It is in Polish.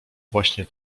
właśnie